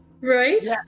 right